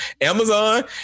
Amazon